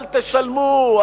אל תשלמו,